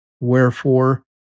Wherefore